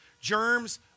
germs